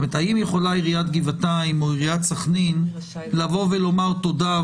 האם יכולה עיריית גבעתיים או עיריית סחנין לבוא ולומר תודה,